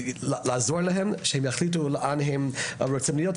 לעזור להם כדי שיחליטו היכן הם רוצים להיות.